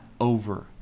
over